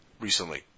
recently